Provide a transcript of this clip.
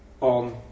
on